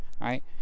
right